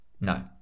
No